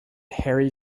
harry